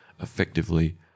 effectively